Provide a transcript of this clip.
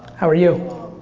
how are you?